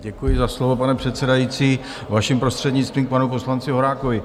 Děkuji za slovo, pane předsedající, vaším prostřednictvím, k panu poslanci Horákovi.